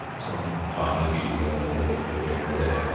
some tiny detail overlooked here and there,